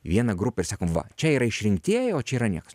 vieną grupę ir sakom va čia yra išrinktieji o čia yra niekas